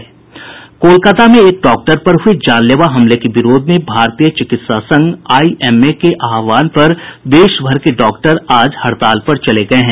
कोलकाता में एक डॉक्टर पर हुये जानलेवा हमले के विरोध में भारतीय चिकित्सा संघ आईएमए के आहवान पर देशभर के डॉक्टर आज हड़ताल पर चले गये हैं